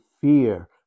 fear